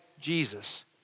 Jesus